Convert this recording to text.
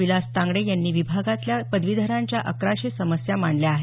विलास तांगडे यांनी विभागातल्या पदवीधरांच्या अकराशे समस्या मांडल्या आहेत